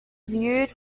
viewed